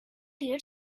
dare